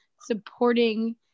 supporting